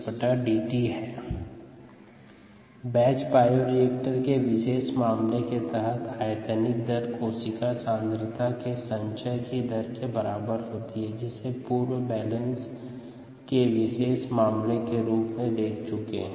rxVrgVdxdt rxdxdt batch bioreactor के विशेष मामले के तहत आयतनिक दर कोशिका सांद्रता के के संचय की दर के बराबर होती है जिसे पूर्व में संतुलन के विशेष मामले के रूप में देख चुके हैं